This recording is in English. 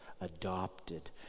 adopted